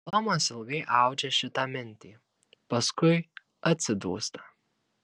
tomas ilgai audžia šitą mintį paskui atsidūsta